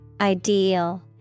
Ideal